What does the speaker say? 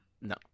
no